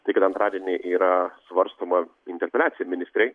tai kad antradienį yra svarstoma interpeliacija ministrei